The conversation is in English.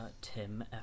Tim